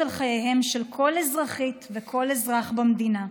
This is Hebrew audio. על חייהם של כל אזרחית וכל אזרח במדינה,